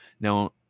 Now